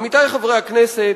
עמיתי חברי הכנסת,